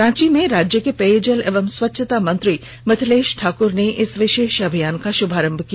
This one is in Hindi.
रांची में राज्य के पेयजल एवं स्वच्छता मंत्री मिथिलेष ठाकर ने इस विषेष अभियान का शुभारंभ किया